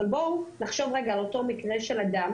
אבל בואו נחשוב רגע על אותו מקרה של אדם